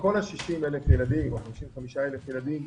שכל 66,000 הילדים, או 55,000 הילדים